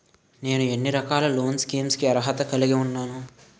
నేను ఎన్ని రకాల లోన్ స్కీమ్స్ కి అర్హత కలిగి ఉన్నాను?